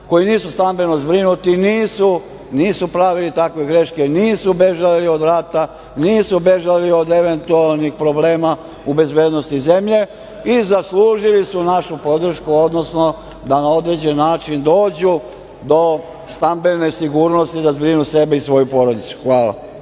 koji nisu stambeno zbrinuti, nisu pravili takve greške, nisu bežali od rata, nisu bežali od eventualnih problema u bezbednosne zemlje i zaslužili su našu podršku, odnosno da na određen način dođu do stambene sigurnosti, da zbrinu sebe i svoju porodicu. Hvala